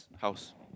house